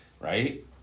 right